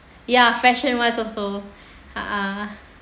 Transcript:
ya fashion wise also ah